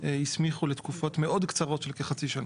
הסמיכו לתקופות מאוד קצרות של כחצי שנה.